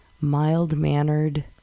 mild-mannered